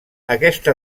aquesta